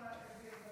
מתי אתה תדע להגיד לי,